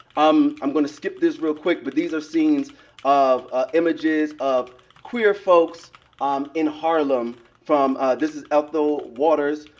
um i'm going to skip this real quick, but these are scenes of ah images of queer folks um in harlem from this is ethel waters,